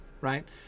right